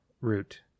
root